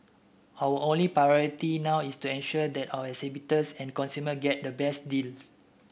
our only priority now is ensure that our exhibitors and consumers get the best deal